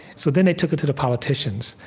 so then they took it to the politicians,